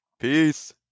Peace